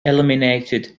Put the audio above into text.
eliminated